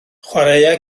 chwaraea